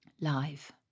live